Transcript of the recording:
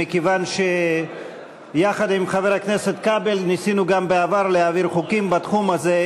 מכיוון שביחד עם חבר הכנסת כבל ניסינו גם בעבר להעביר חוקים בתחום הזה,